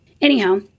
Anyhow